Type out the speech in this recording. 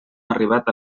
arribat